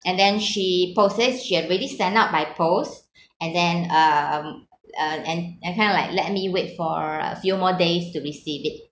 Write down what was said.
and then she post said she had already send out by post and then um uh and and kind of like let me wait for a few more days to receive it